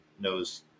knows